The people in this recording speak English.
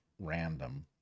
random